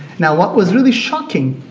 now, what was really shocking,